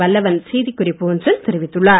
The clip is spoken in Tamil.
வல்லவன் செய்தி குறிப்பு ஒன்றில் தெரிவித்துள்ளார்